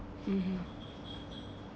(uh huh)